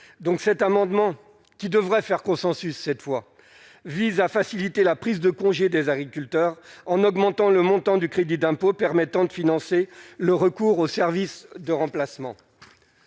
Donc, cet amendement, qui devrait faire consensus, cette fois, vise à faciliter la prise de congé des agriculteurs en augmentant le montant du crédit d'impôt permettant de financer le recours aux services de remplacement,